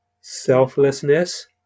Selflessness